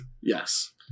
Yes